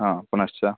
हा पुनश्च